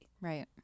Right